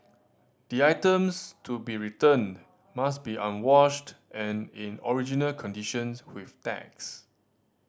the items to be returned must be unwashed and in original conditions with tags